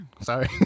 Sorry